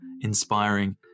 inspiring